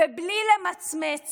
ובלי למצמץ